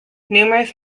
numerous